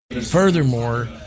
Furthermore